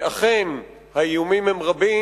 ואכן האיומים הם רבים.